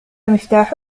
مفتاحك